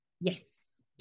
Yes